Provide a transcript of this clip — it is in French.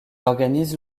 organise